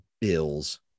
Bills